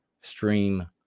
stream